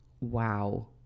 wow